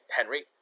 Henry